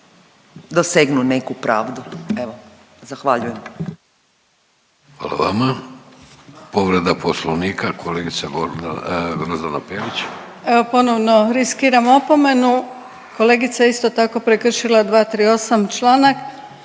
dosegnu neku pravdu. Evo zahvaljujem.